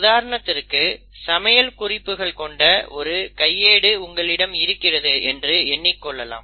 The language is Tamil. உதாரணத்திற்கு சமையல் குறிப்புகள் கொண்ட ஒரு கையேடு உங்களிடம் இருக்கிறது என்று எண்ணிக் கொள்ளலாம்